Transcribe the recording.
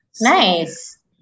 Nice